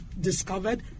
discovered